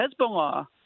Hezbollah